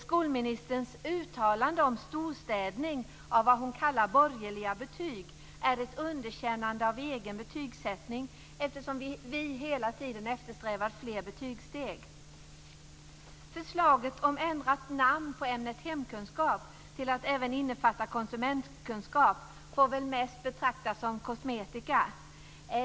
Skolministerns uttalande om storstädning av vad hon kallar borgerliga betyg är ett underkännande av egen betygssättning eftersom vi hela tiden eftersträvat fler betygssteg. Förslaget om ändrat namn på ämnet hemkunskap till att även innefatta konsumentkunskap får väl mest betraktas som kosmetiskt.